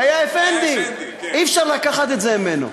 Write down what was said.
הוא היה אפנדי, אי-אפשר לקחת את זה ממנו,